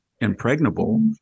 impregnable